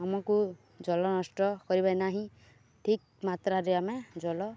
ଆମକୁ ଜଲ ନଷ୍ଟ କରିବେ ନାହିଁ ଠିକ୍ ମାତ୍ରାରେ ଆମେ ଜଲ